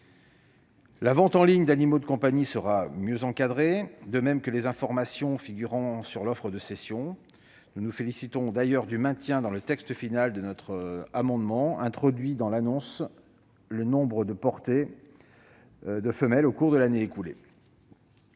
La vente en ligne d'animaux de compagnie sera mieux encadrée, de même que les informations figurant sur l'offre de cession. Nous nous félicitons d'ailleurs du maintien dans le texte final de notre amendement visant à introduire dans l'annonce le nombre de portées de la femelle au cours de l'année écoulée.